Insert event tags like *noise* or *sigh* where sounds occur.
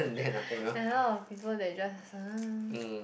*breath* there are a lot of people that just *noise*